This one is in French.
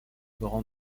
grand